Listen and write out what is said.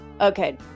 okay